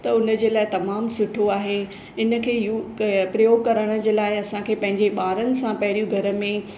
त उनजे लाए तमामु सुठो आहे इन खे यू प्रयोग करण जे लाइ असांखे पंहिंजे ॿारनि सां पहिरियूं घर में